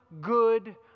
good